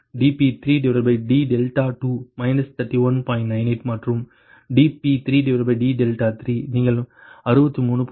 98 மற்றும் dp3d3 நீங்கள் 63